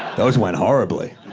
those went horribly.